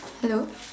hello